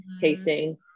tasting